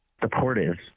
supportive